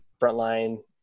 frontline